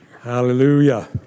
Hallelujah